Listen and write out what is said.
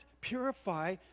purify